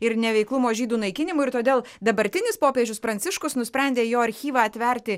ir neveiklumo žydų naikinimu ir todėl dabartinis popiežius pranciškus nusprendė jo archyvą atverti